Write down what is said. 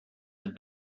had